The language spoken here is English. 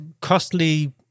costly